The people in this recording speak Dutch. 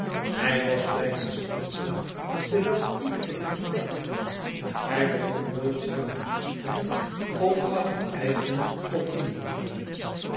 hij was blyven stilstaan terwijl iedereen vooruitging hij begon nooit zelf een gesprek of gaf een eigen opinie